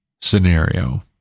scenario